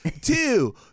two